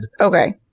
Okay